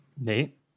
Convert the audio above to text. Nate